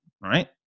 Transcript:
right